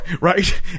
Right